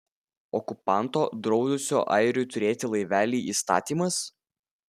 okupanto draudusio airiui turėti laivelį įstatymas